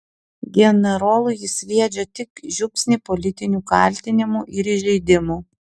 generolui jis sviedžia tik žiupsnį politinių kaltinimų ir įžeidimų